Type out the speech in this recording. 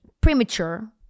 premature